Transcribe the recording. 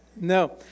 No